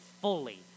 fully